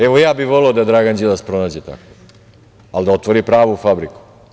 Evo, ja bih voleo da Dragan Đilas pronađe takvog, ali da otvori pravu fabriku.